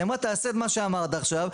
היא אמרה את מה שאמרת עכשיו,